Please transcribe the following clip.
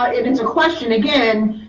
ah and it's a question again,